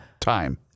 time